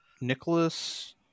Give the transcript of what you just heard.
Nicholas